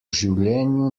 življenju